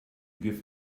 give